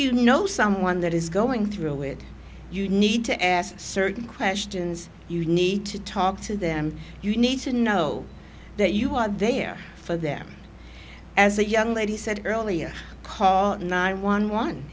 you know someone that is going through it you need to ask certain questions you need to talk to them you need to know that you are there for them as a young lady said earlier call at nine one one